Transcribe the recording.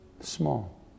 small